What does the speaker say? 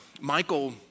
Michael